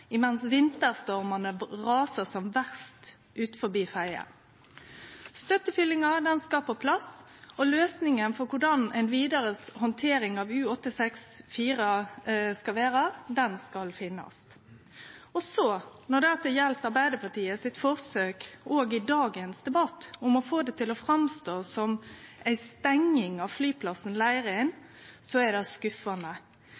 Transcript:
vinterstormane rasar som verst utanfor Fedje. Støttefyllinga skal på plass, og løysinga for korleis ei vidare handtering av U-864 skal vere, skal finnast. Når det gjeld Arbeidarpartiet sitt forsøk – òg i dagens debatt – på å få det til å framstå som ei stenging av flyplassen